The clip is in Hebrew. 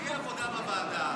תהיה עבודה בוועדה.